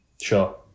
Sure